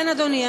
כן, אדוני.